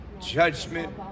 judgment